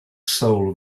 soul